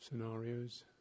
scenarios